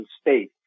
state